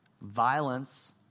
violence